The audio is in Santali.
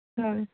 ᱦᱳᱭ